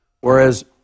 Whereas